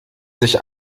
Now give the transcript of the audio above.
sich